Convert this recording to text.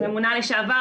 הממונה לשעבר,